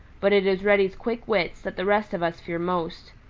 but it is reddy's quick wits that the rest of us fear most.